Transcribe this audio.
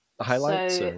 highlights